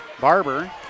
Barber